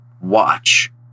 watch